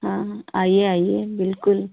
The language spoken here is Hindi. हाँ हाँ आईए आईए बिल्कुल